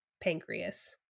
pancreas